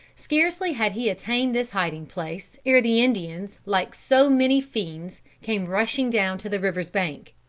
scarcely had he attained this hiding place ere the indians like so many fiends came rushing down to the river's bank.